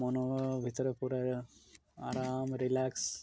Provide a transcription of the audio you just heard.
ମନ ଭିତରେ ପୁରା ଆରାମ ରିଲାକ୍ସ